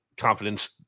Confidence